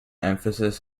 emphasis